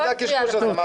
--- מה זה הקשקוש הזה?